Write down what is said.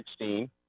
2016